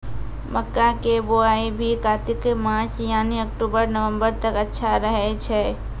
मक्का के बुआई भी कातिक मास यानी अक्टूबर नवंबर तक अच्छा रहय छै